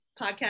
podcast